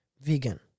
vegan